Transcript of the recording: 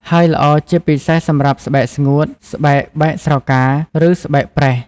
ហើយល្អជាពិសេសសម្រាប់ស្បែកស្ងួត ស្បែកបែកស្រកា ឬស្បែកប្រេះ។